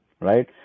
right